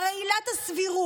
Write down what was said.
הרי עילת הסבירות